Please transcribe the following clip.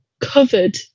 covered